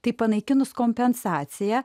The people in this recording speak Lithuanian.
tai panaikinus kompensaciją